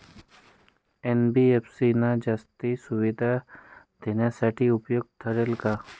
NBFC ना जास्तीच्या सुविधा देण्यासाठी उपयुक्त ठरेल का?